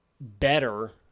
better